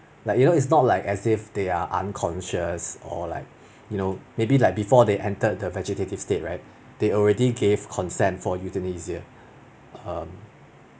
like you know it's not like as if they are unconscious or like you know maybe like before they entered vegetative state right they already gave consent for euthanasia um